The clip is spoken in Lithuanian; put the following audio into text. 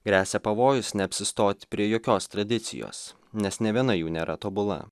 gresia pavojus neapsistot prie jokios tradicijos nes nė viena jų nėra tobula